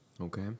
Okay